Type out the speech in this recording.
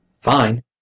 fine